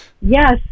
Yes